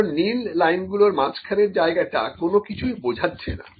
কারণ নীল লাইন গুলোর মাঝখানের জায়গাটা কোনো কিছুই বোঝাচ্ছে না